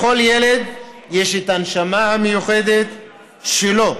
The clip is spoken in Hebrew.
לכל ילד יש את הנשמה המיוחדת שלו,